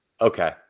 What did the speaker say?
Okay